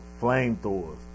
flamethrowers